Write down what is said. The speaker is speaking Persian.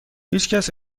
هیچکس